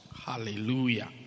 Hallelujah